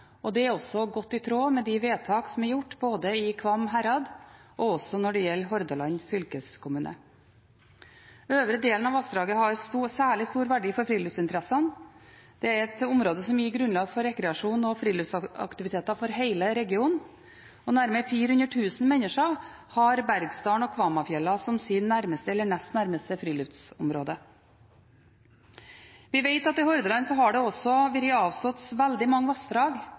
vassdrag. Det er også godt i tråd med de vedtak som er gjort både i Kvam herad og i Hordaland fylkeskommune. Øvre del av vassdraget har særlig stor verdi for friluftsinteresser. Det er et område som gir grunnlag for rekreasjon og friluftsaktiviteter for hele regionen, og nærmere 400 000 mennesker har Bergsdalen og Kvamsfjella som sitt nærmeste eller nest nærmeste friluftsområde. Vi vet at i Hordaland har det også vært avstått veldig mange vassdrag